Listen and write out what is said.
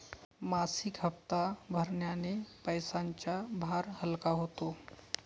मासिक हप्ता भरण्याने पैशांचा भार हलका होतो